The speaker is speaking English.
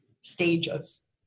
stages